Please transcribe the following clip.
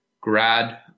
grad